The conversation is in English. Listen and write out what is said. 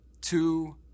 Two